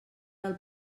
del